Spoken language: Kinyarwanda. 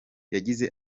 yagize